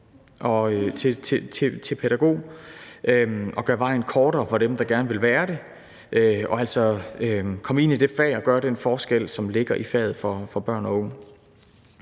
til pædagog, og det gør vejen kortere for dem, der gerne vil være det, altså komme ind i det fag og gøre den forskel for børn og unge,